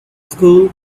school